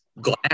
glass